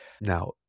Now